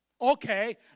okay